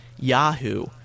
Yahoo